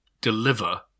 deliver